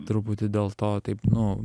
truputį dėl to taip nu